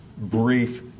brief